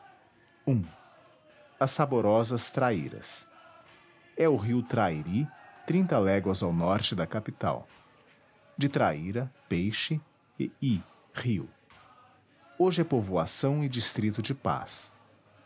as saborosas traíras é o rio trairi trinta léguas ao norte da capital de traíra peixe e y rio hoje é povoação e distrito de paz